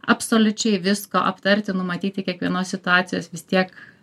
absoliučiai visko aptarti numatyti kiekvienos situacijos vis tiek